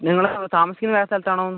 നിങ്ങൾ താമസിക്കുന്നത് വേറെ സ്ഥലത്താണോ